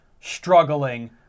struggling